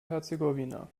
herzegowina